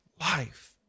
life